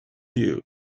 you